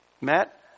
Matt